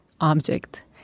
object